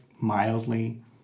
mildly